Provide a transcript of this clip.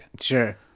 sure